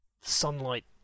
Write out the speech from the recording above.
Sunlight